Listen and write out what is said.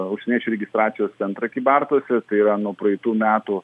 užsieniečių registracijos centrą kybartuose tai yra nuo praeitų metų